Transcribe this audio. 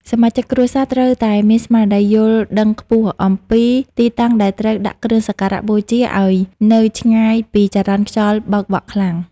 សមាជិកគ្រួសារត្រូវតែមានស្មារតីយល់ដឹងខ្ពស់អំពីទីតាំងដែលត្រូវដាក់គ្រឿងសក្ការបូជាឱ្យនៅឆ្ងាយពីចរន្តខ្យល់បោកបក់ខ្លាំង។